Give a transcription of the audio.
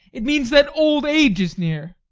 it means that old age is near.